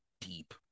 deep